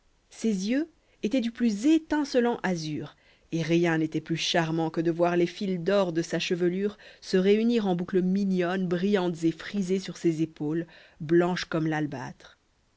ses yeux étaient du plus étincelant azur et rien n'était plus charmant que de voir les fils d'or de sa chevelure se réunir en boucles mignonnes brillantes et frisées sur ses épaules blanches comme